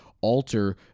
alter